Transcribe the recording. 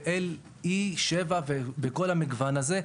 ו-LE7 וכל המגוון הזה.